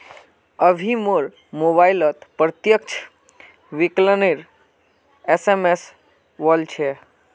अभी मोर मोबाइलत प्रत्यक्ष विकलनेर एस.एम.एस वल छ